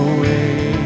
Away